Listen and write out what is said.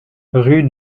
rue